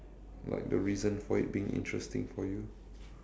like the reason for it being interesting for you